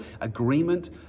agreement